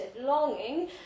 longing